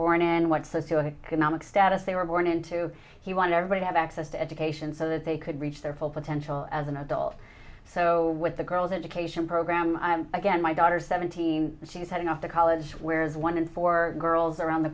born and what socio economic status they were born into he wanted everybody to have access to education so that they could reach their full potential as an adult so with the girls education program again my daughter seventeen and she's heading off to college where is one in four girls around the